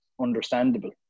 understandable